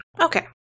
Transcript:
Okay